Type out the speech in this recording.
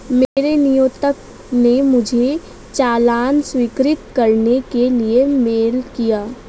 मेरे नियोक्ता ने मुझे चालान स्वीकृत करने के लिए मेल किया